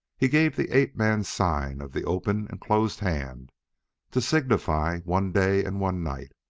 he gave the ape-man's sign of the open and closed hand to signify one day and one night,